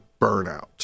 burnout